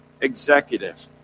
executive